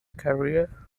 career